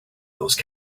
those